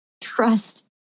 trust